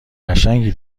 قشنگی